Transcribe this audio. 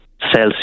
Celsius